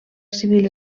civil